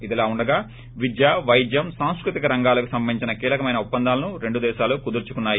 ఇదిలా ఉండగా విద్య వైద్యం సాంస్కృతిక రంగాలకు సంబంధించి కీలకమైన ఒప్పందాలను రెండు దేశాలు కుదుర్చుకున్నాయి